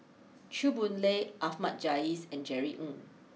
Chew Boon Lay Ahmad Jais and Jerry Ng